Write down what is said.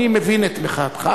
אני מבין את מחאתך.